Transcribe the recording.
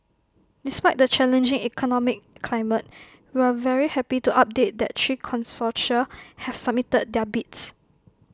despite the challenging economic climate we're very happy to update that three consortia have submitted their bids